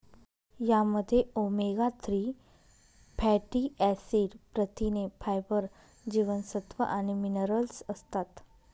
यामध्ये omega three fatty acid, प्रथिने, fibre, जीवनसत्व आणि मिनरल्स असतात